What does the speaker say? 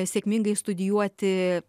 sėkmingai studijuoti